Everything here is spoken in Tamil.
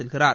செல்கிறார்